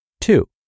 Two